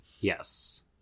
Yes